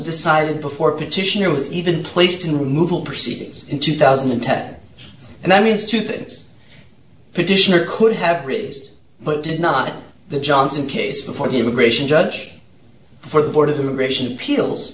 decided before petitioner was even placed in removal proceedings in two thousand and ten and that means two things petitioner could have reduced but did not the johnson case before the immigration judge for the board of immigration appeals